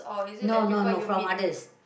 no no no from others